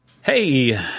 Hey